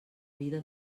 vida